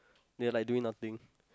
they are like doing nothing